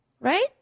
right